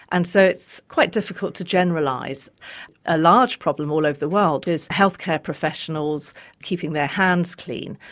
and so it's quite difficult to generalise. a large problem all over the world is healthcare professionals keeping their hands clean.